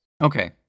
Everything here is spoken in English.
Okay